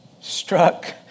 struck